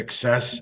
success